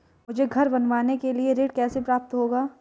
मुझे घर बनवाने के लिए ऋण कैसे प्राप्त होगा?